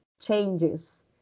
changes